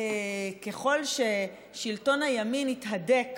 ככל ששלטון הימין התהדק